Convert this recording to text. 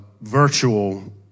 virtual